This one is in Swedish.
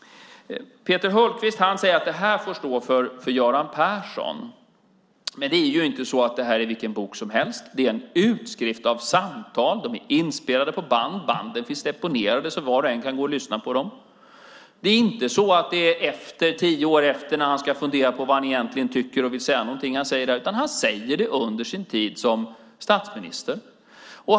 Peter Hultqvist säger att det här får stå för Göran Persson. Men det här är inte vilken bok som helst. Det är en utskrift av samtal som är inspelade på band. Banden finns deponerade så att var och en kan gå och lyssna på dem. Det är inte tio år efteråt, när han ska fundera på vad han egentligen tycker och vill säga någonting, som han säger detta. Han säger det under sin tid som statsminister.